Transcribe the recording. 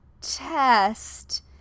test